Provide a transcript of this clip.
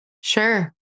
Sure